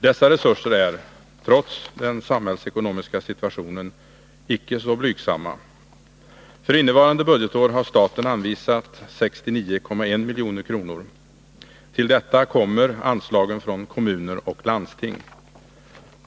Dessa resurser är — trots den samhällsekonomiska situationen — icke blygsamma. För innevarande budgetår har staten anvisat 69,1 milj.kr. Till detta kommer anslagen från kommuner och landsting.